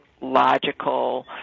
logical